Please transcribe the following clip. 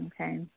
okay